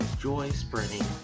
joy-spreading